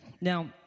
Now